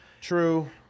True